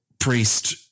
priest